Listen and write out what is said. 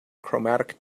chromatic